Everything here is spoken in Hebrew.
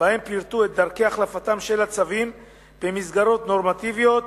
שבהן פירטו את דרכי החלפתם של הצווים במסגרות נורמטיביות,